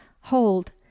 hold